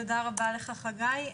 תודה רבה לך, חגי.